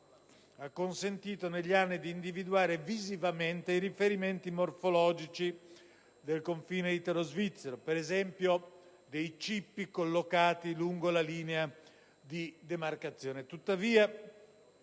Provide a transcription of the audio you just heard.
ha consentito negli anni di individuare visivamente i riferimenti morfologici del confine italo-svizzero, per esempio, i cippi collocati lungo la linea di demarcazione.